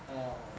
err